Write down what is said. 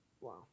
Wow